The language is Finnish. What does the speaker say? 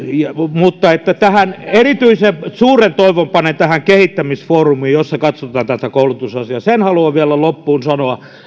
mutta erityisen suuren toivon panen tähän kehittämisfoorumiin jossa katsotaan tätä koulutusasiaa sen haluan vielä loppuun sanoa